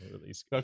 release